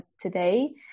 today